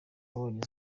yabonye